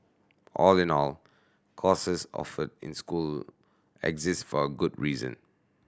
all in all courses offered in school exist for a good reason